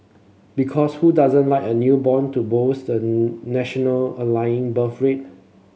because who doesn't like a newborn to boost the national ailing birth rate